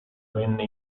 venne